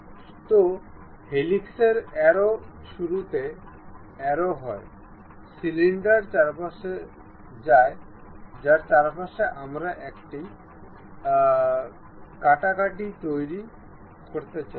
সুতরাং হেলিক্স এই অ্যারোর শুরুতে আরাম্ভ হয় সিলিন্ডারের চারপাশে যায় যার চারপাশে আমরা এই কাটাটি তৈরি করতে চাই